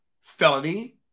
felony